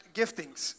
giftings